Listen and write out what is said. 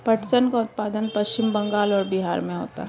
पटसन का उत्पादन पश्चिम बंगाल और बिहार में होता है